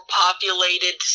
populated